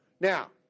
Now